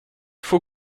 faut